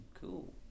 Cool